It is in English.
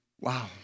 Wow